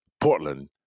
Portland